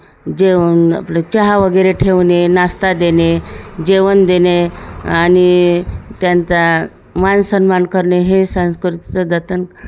जेवण आपलं चहा वगैरे ठेवणे नाश्ता देणे जेवण देणे आणि त्यांचा मानसन्मान करणे हे संस्कृतीचं जतन